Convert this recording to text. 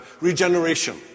regeneration